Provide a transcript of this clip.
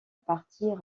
partir